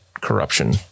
corruption